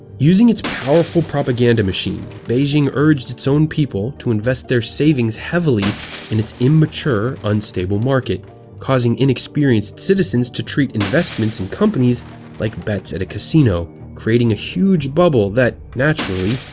using its powerful propaganda machine, beijing urged its own people to invest their savings heavily in its immature, unstable market causing inexperienced citizens to treat investments in companies like bets at a casino, creating a huge bubble that, naturally,